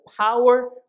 power